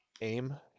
aim